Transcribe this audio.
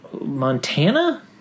Montana